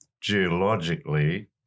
geologically